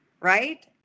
Right